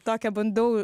tokią bandau